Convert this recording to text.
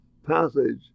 passage